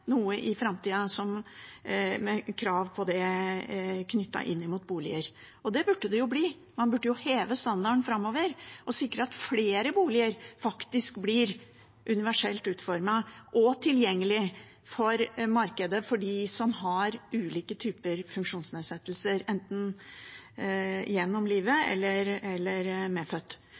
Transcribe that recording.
noe krav om det knyttet til boliger. Det burde det bli. Man burde heve standarden framover og sikre at flere boliger faktisk blir universelt utformet og tilgjengelig for markedet for dem som har ulike typer funksjonsnedsettelser – enten gjennom livet eller